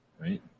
Right